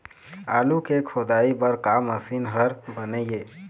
आलू के खोदाई बर का मशीन हर बने ये?